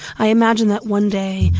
i imagine that one day,